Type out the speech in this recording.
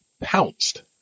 pounced